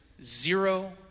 zero